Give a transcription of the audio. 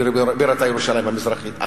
ובירתה ירושלים המזרחית,